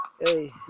Hey